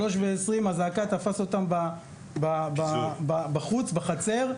ב-15:20 אזעקה תפסה אותם בחוץ, בחצר.